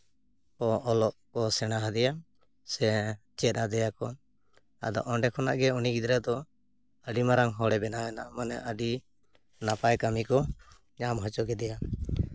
ᱠᱚ ᱚᱞᱚᱜ ᱠᱚ ᱥᱮᱬᱟ ᱟᱫᱮᱭᱟ ᱥᱮ ᱪᱮᱫ ᱟᱫᱮᱭᱟᱠᱚ ᱟᱫᱚ ᱚᱸᱰᱮ ᱠᱷᱚᱱᱟᱜ ᱜᱮ ᱩᱱᱤ ᱜᱤᱫᱽᱨᱟᱹ ᱫᱚ ᱟᱹᱰᱤ ᱢᱟᱨᱟᱝ ᱦᱚᱲᱮ ᱵᱮᱱᱟᱣᱱᱟ ᱢᱟᱱᱮ ᱟᱹᱰᱤ ᱱᱟᱯᱟᱭ ᱠᱟᱹᱢᱤ ᱠᱚ ᱧᱟᱢ ᱦᱚᱪᱚ ᱠᱮᱫᱮᱭᱟ